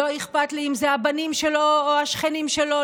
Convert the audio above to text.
לא אכפת לי אם זה הבנים שלו או השכנים שלו,